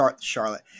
Charlotte